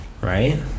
Right